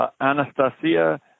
Anastasia